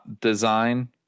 design